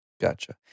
Gotcha